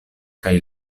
kaj